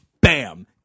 bam